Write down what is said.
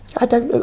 i don't